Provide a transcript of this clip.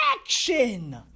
Action